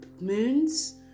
moons